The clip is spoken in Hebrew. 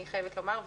אני חייבת לומר,